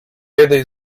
jednej